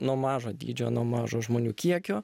nuo mažo dydžio nuo mažo žmonių kiekio